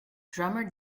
drummer